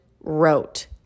wrote